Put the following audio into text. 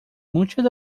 muchas